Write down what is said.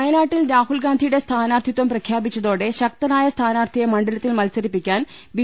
വയനാട്ടിൽ രാഹുൽഗാന്ധിയുടെ സ്ഥാനാർത്ഥിത്വം പ്രഖ്യാപിച്ച തോടെ ശക്തനായ സ്ഥാനാർഥിയെ മണ്ഡലത്തിൽ മത്സരിപ്പിക്കാൻ ബി